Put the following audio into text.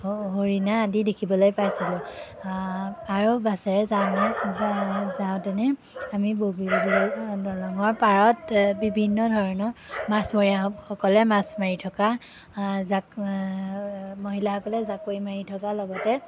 হ হৰিণা আদি দেখিবলৈ পাইছিলোঁ আ আৰু বাছেৰে যাওঁ যা যাওঁতেনে আমি বগীবিল দলঙৰ পাৰত বিভিন্ন ধৰণৰ মাছমৰীয়াসকলে মাছ মাৰি থকা আ জা মহিলাসকলে জাকৈ মাৰি থকাৰ লগতে